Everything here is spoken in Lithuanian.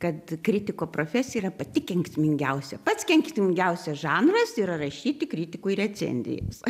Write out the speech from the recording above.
kad kritiko profesija yra pati kenksmingiausia pats kenksmingiausias žanras yra rašyti kritikui recenzijas